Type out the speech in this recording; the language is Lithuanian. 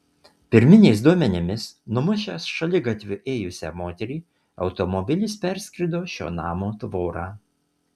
pirminiais duomenimis numušęs šaligatviu ėjusią moterį automobilis perskrido šio namo tvorą